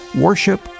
Worship